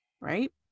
right